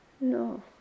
No